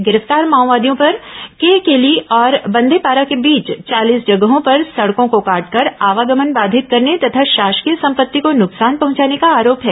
गिरफ्तार माओवादियों पर केरकेली और बंदेपारा के बीच चालीस जगहों पर सड़कों को काटकर आवागमन बाधित करने तथा शासकीय संपत्ति को नुकसान पहंचाने का आरोप है